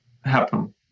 happen